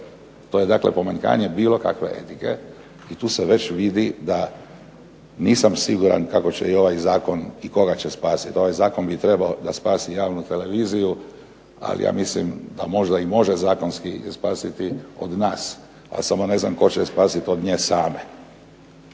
To je dakle pomanjkanje bilo kakve etike i tu se već vidi da nisam siguran kako će i ovaj zakon i koga će spasiti. Ovaj zakon bi trebao da spasi javnu televiziju, a ja mislim da možda i može zakonski spasiti od nas, a samo ne znam tko će spasiti od nje same.